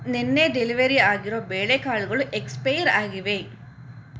ನೆನ್ನೆ ಡೆಲಿವೆರಿ ಆಗಿರೊ ಬೇಳೆಕಾಳುಗಳು ಎಕ್ಸ್ಪೈರ್ ಆಗಿವೆ